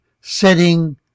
setting